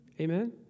Amen